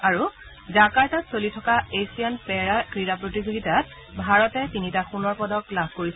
আৰু জাকাৰ্তাত চলি থকা এছিয়ান পেৰা ক্ৰীড়া প্ৰতিযোগিতাত ভাৰতে তিনিটা সোণৰ পদক লাভ কৰিছে